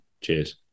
Cheers